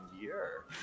year